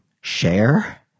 share